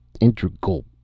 integral